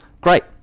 Great